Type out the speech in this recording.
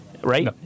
right